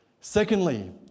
Secondly